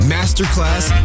Masterclass